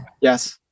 yes